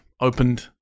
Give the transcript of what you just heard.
opened